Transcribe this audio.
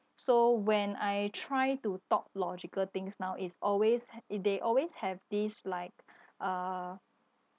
so when I try to talk logical things now is always ha~ they always have this like uh